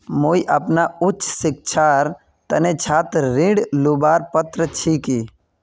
मुई अपना उच्च शिक्षार तने छात्र ऋण लुबार पत्र छि कि?